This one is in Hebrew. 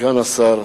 סגן השר,